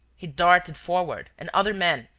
he darted forward and other men,